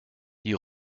die